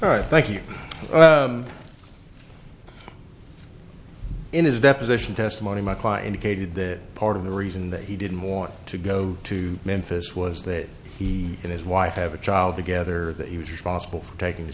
all right thank you in his deposition testimony my client gaited that part of the reason that he didn't want to go to memphis was that he and his wife have a child together that he was responsible for taking t